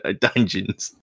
dungeons